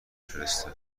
فرسته